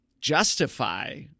justify